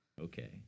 Okay